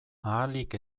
ahalik